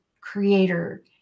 creator